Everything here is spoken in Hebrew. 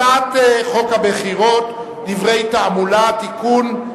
הצעת חוק הבחירות (דרכי תעמולה) (תיקון,